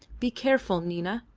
be careful, nina,